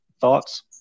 Thoughts